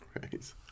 Right